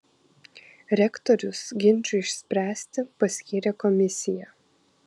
rektorius ginčui išspręsti paskyrė komisiją